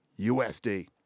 usd